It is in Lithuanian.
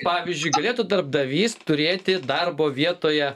pavyzdžiui galėtų darbdavys turėti darbo vietoje